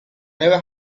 never